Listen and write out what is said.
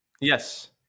Yes